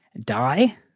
die